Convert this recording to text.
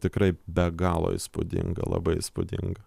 tikrai be galo įspūdinga labai įspūdinga